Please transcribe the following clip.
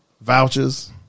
vouchers